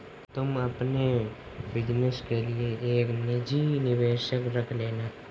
तुम अपने बिज़नस के लिए एक निजी निवेशक रख लेना